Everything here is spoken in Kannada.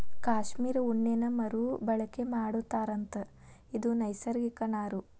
ಕಾಶ್ಮೇರ ಉಣ್ಣೇನ ಮರು ಬಳಕೆ ಮಾಡತಾರಂತ ಇದು ನೈಸರ್ಗಿಕ ನಾರು